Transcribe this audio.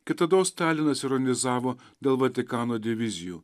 kitados stalinas ironizavo dėl vatikano divizijų